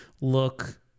look